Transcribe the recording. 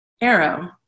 arrow